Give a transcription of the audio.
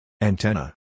Antenna